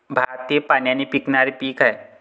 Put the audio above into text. भात हे पाण्याने पिकणारे पीक आहे